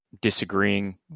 disagreeing